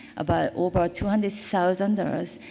but over two hundred thousand dollars.